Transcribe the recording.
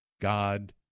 God